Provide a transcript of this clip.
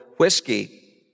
whiskey